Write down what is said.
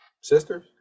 sisters